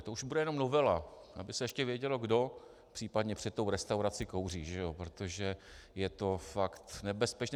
To už bude jenom novela, aby se případně vědělo, kdo případně před tou restaurací kouří, protože je to fakt nebezpečné.